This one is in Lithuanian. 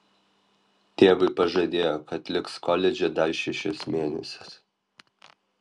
tėvui pažadėjo kad liks koledže dar šešis mėnesius